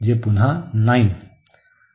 तर जे पुन्हा 9 आहे